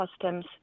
customs